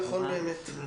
נכון באמת.